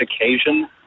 occasion